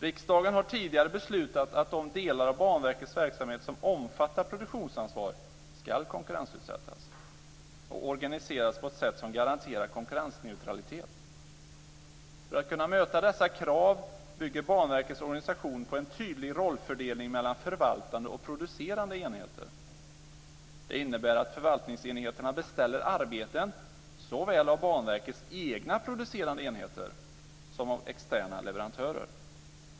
Riksdagen har tidigare beslutat att de delar av Banverkets verksamhet som omfattar produktionsansvar ska konkurrensutsättas och organiseras på ett sätt som garanterar konkurrensneutralitet. För att kunna möta dessa krav bygger Banverkets organisation på en tydlig rollfördelning mellan förvaltande och producerande enheter. Det innebär att förvaltningsenheterna beställer arbeten såväl av Banverkets egna producerande enheter som av externa leverantörer.